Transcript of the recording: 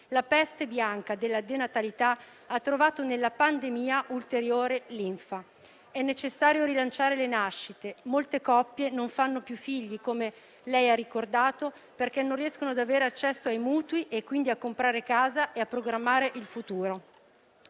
La peste bianca della denatalità ha trovato nella pandemia ulteriore linfa. È necessario rilanciare le nascite, molte coppie non fanno più figli, come lei ha ricordato, perché non riescono ad avere accesso ai mutui e quindi a comprare casa e a programmare il futuro.